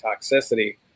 toxicity